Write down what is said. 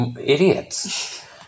idiots